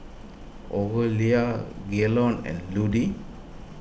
Orelia Gaylon and Ludie